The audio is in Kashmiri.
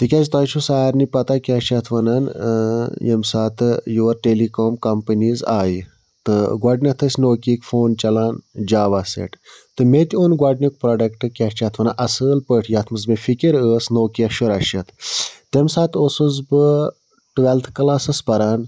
تِکیٛازِ تۄہہِ چھُو سارِنٕے پَتہٕ کیٛاہ چھِ اتھ وَنان ییٚمہِ ساتہٕ یور ٹیٚلیکوم کَمپٔنیٖز آیہِ تہٕ گۄڈٕنٮ۪تھ ٲسۍ نوکیِہٕکۍ فون چَلان جاوا سیٹ تہٕ مےٚ تہِ اوٚن گۄڈٕنیُک پرٛوڈَکٹہٕ کیٛاہ چھِ اتھ وَنان اَصۭل پٲٹھۍ یَتھ منٛز مےٚ فِکِر ٲس نوکیا شُراہ شتھ تَمہِ ساتہٕ اوسُس بہٕ ٹُویلتھٕ کٕلاسَس پَران